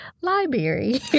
library